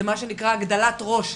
זה מה שנקרא "הגדלת ראש",